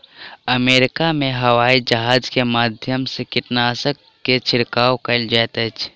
America में हवाईजहाज के माध्यम से कीटनाशक के छिड़काव कयल जाइत अछि